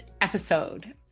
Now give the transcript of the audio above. episode